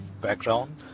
background